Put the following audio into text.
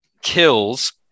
Kills